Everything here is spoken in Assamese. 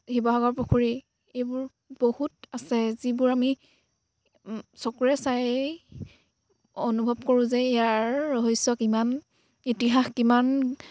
শিৱসাগৰ পুখুৰী এইবোৰ বহুত আছে যিবোৰ আমি চকুৰে চাই অনুভৱ কৰোঁ যে ইয়াৰ ৰহস্য কিমান ইতিহাস কিমান